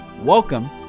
Welcome